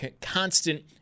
constant